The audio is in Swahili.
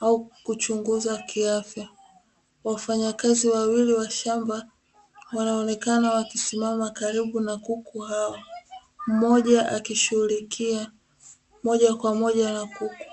au kuchunguzwa kiafya. Wafanyakazi wawili wa shamba, wanaonekana wakisimama karibu na kuku hao, mmoja akishughulika moja kwa moja na kuku.